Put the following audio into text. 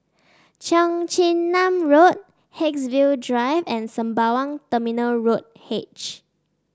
Cheong Chin Nam Road Haigsville Drive and Sembawang Terminal Road H